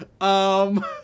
Um-